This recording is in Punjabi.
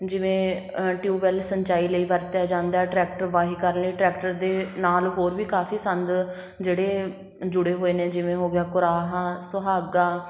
ਜਿਵੇਂ ਟਿਊਵੈਲ ਸਿੰਚਾਈ ਲਈ ਵਰਤਿਆ ਜਾਂਦਾ ਟਰੈਕਟਰ ਵਾਹੀ ਕਰਨ ਲਈ ਟਰੈਕਟਰ ਦੇ ਨਾਲ ਹੋਰ ਵੀ ਕਾਫੀ ਸੰਦ ਜਿਹੜੇ ਜੁੜੇ ਹੋਏ ਨੇ ਜਿਵੇਂ ਹੋ ਗਿਆ ਕੁਰਾਹਾ ਸੁਹਾਗਾ